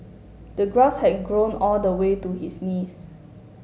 the grass had grown all the way to his knees